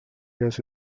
gas